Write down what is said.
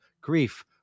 grief